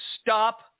Stop